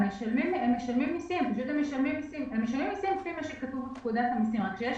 הם משלמים מיסים לפי מה שכתוב בפקודת --- כשיש